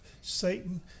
Satan